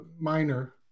minor